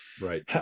right